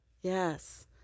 Yes